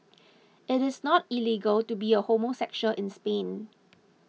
it is not illegal to be a homosexual in Spain